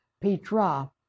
Petra